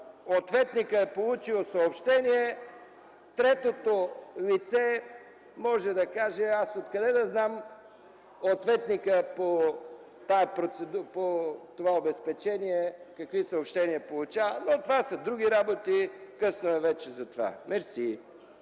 ответникът е получил съобщение, третото лице може да каже: „Аз откъде да знам ответникът по това обезпечение какви съобщения получава”. Но това са други работи, късно е вече за това. Мерси.